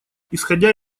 исходя